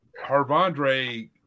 Harvandre